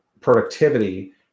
productivity